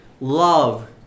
love